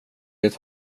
det